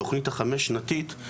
בתכנית החמש שנתית,